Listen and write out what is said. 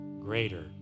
greater